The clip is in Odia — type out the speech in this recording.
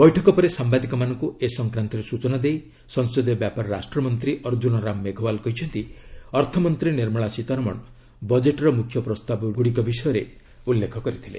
ବୈଠକ ପରେ ସାମ୍ବାଦିକମାନଙ୍କୁ ଏ ସଂପର୍କରେ ସୂଚନା ଦେଇ ସଂସଦୀୟ ବ୍ୟାପାର ରାଷ୍ଟ୍ରମନ୍ତ୍ରୀ ଅର୍ଜ୍ଜୁନ ରାମ ମେଘୱାଲ କହିଛନ୍ତି ଅର୍ଥମନ୍ତ୍ରୀ ନିର୍ମଳା ସୀତାରମଣ ବଜେଟର ମୁଖ୍ୟ ପ୍ରସ୍ତାବଗୁଡ଼ିକ ବିଷୟରେ ଉଲ୍ଲେଖ କରିଥିଲେ